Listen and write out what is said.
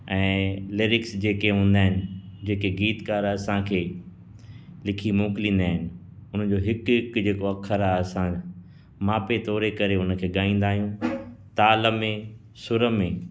ऐं लिरिक्स जेके हूंदा आहिनि जेके गीतकार असांखे लिखी मोकिलींदा आहिनि उन जो हिकु हिकु जेको अख़र आहे असां मापे तोरे करे उनखे ॻाईंदा आहियूं ताल में सुर में